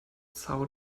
são